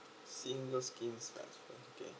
single scheme flat okay